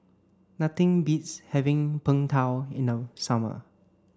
nothing beats having Png Tao in no summer